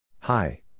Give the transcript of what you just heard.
Hi